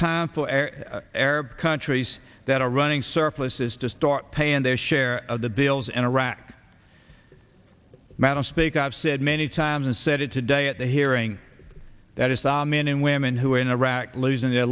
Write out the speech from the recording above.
time for arab countries that are running surpluses to start paying their share of the bills in iraq madam speaker i've said many times and said it today at the hearing that is the men and women who are in iraq losing their